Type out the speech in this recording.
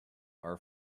are